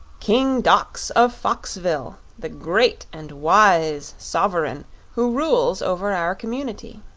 king dox of foxville the great and wise sovereign who rules over our community.